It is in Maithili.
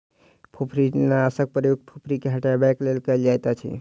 फुफरीनाशकक प्रयोग फुफरी के हटयबाक लेल कयल जाइतअछि